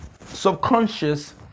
subconscious